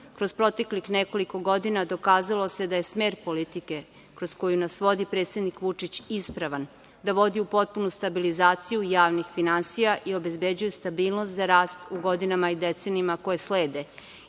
Kroz proteklih nekoliko godina dokazalo se da je smer politike kroz koju nas vodi predsednik Vučić ispravan, da vodi u potpunu stabilizaciju javnih finansija i obezbeđuje stabilnost za rast u godinama i decenijama koje slede.